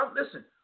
listen